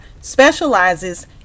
specializes